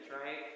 right